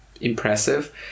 impressive